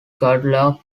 guadalupe